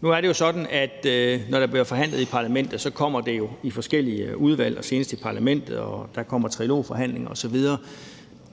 Nu er det jo sådan, at når der bliver forhandlet i EU, kommer det i forskellige udvalg og senest i Europa-Parlamentet, og der kommer trilogforhandlinger osv.